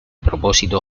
propósito